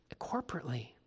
corporately